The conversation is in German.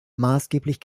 maßgeblich